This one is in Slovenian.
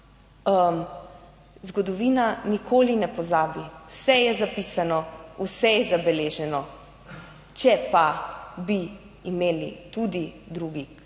zgodovina nikoli ne pozabi. Vse je zapisano, vse je zabeleženo. Če pa bi imeli tudi drugi vest,